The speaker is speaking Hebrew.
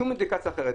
שום אינדיקציה אחרת,